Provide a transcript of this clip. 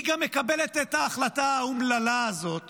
היא גם מקבלת את ההחלטה האומללה הזאת